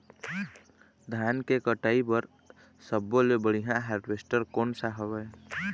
धान के कटाई बर सब्बो ले बढ़िया हारवेस्ट कोन सा हवए?